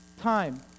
time